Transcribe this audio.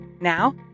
Now